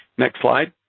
next slide.